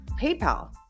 PayPal